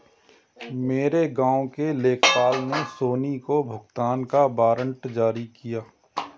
मेरे गांव के लेखपाल ने सोनी को भुगतान का वारंट जारी किया